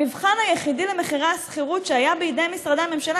המבחן היחיד למחירי השכירות שהיה בידי משרדי הממשלה